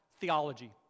theology